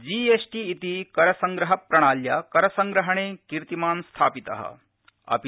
GST इति करसंग्रह प्रणाल्या करसंग्रहणे कीर्तिमान् स्थापित अस्ति